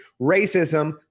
racism